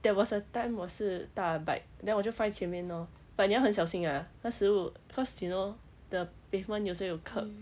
there was a time 我是搭 bike then 我就放在前面 lor but 你要很小心啊那时我 cause you know the pavement 有时有 kerb